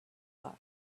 her